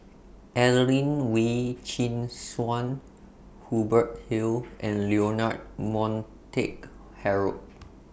Adelene Wee Chin Suan Hubert Hill and Leonard Montague Harrod